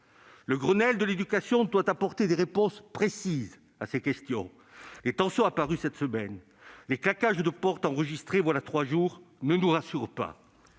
Le Grenelle de l'éducation doit apporter des réponses précises à ces questions. Les tensions apparues cette semaine et les claquages de portes enregistrés voilà trois jours ne nous rassurent pas.